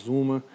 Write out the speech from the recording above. uma